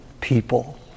people